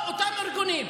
בשנה שעברה הייתה,